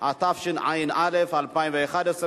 ועדת שרים לענייני חקיקה,